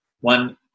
one